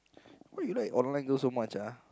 why you like online girl so much ah